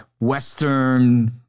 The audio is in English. Western